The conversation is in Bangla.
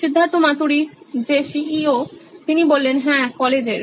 Siddharth Maturi C E O নোইন ইলেকট্রনিক্স হ্যাঁ কলেজের